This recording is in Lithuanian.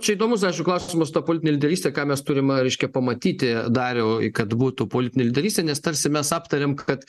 čia įdomus aišku klausimas ta politinė lyderystė ką mes turim reiškia pamatyti dariau kad būtų politinė lyderystė nes tarsi mes aptarėm kad